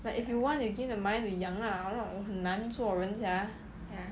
but if you want you give me the money to 养 lah !walao! 很难做人 sia